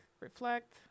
reflect